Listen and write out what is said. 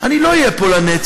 אני לא אהיה פה לנצח.